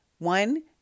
One